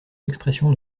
d’expression